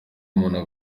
umuntu